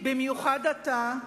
במיוחד עתה,